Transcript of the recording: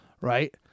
Right